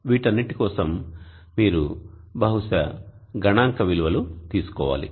వీటన్నింటి కోసం మీరు బహుశా గణాంక విలువలు తీసుకోవాలి